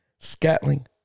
Scatling